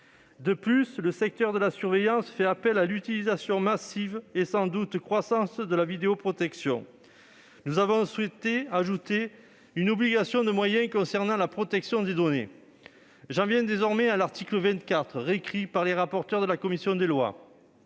De plus, le secteur de la surveillance fait appel à l'utilisation massive et sans doute croissante de la vidéoprotection. Nous avons donc voulu ajouter une obligation de moyens concernant la protection des données. J'en viens à l'article 24, réécrit par les rapporteurs de la commission des lois.